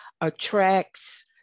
attracts